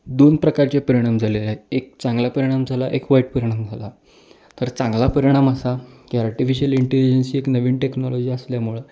दोन प्रकारचे परिणाम झालेले आहेत एक चांगला परिणाम झाला एक वाईट परिणाम झाला तर चांगला परिणाम असा की आर्टिफिशियल इंटेलिजन्स ही एक नवीन टेक्नॉलॉजी असल्यामुळं